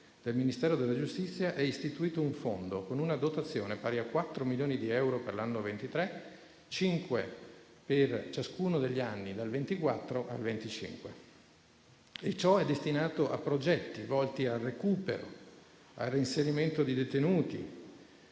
del Ministero della giustizia è istituito un Fondo con una dotazione pari a 4 milioni di euro per l'anno 2023 e a 5 milioni per ciascuno degli anni dal 2024 al 2025. Tale Fondo è destinato a progetti volti al recupero e al reinserimento dei detenuti